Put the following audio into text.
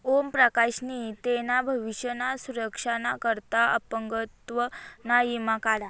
ओम प्रकाश नी तेना भविष्य ना सुरक्षा ना करता अपंगत्व ना ईमा काढा